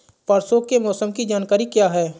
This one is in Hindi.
परसों के मौसम की जानकारी क्या है?